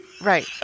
Right